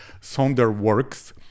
Sonderworks